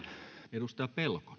arvoisa